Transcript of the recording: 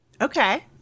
Okay